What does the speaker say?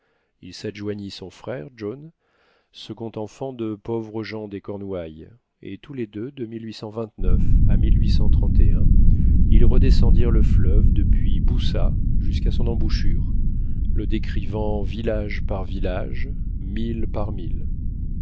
il s'adjoignit son frère john second enfant de pauvres gens des cornouailles et tous les deux de à ils redescendirent le fleuve depuis boussa jusqu'à son embouchure le décrivant village par village mille par mille